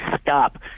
stop